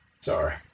Sorry